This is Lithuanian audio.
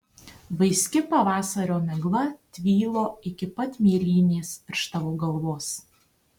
vaiski pavasario migla tvylo iki pat mėlynės virš tavo galvos